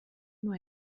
nur